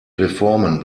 reformen